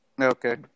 okay